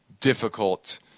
difficult